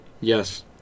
Yes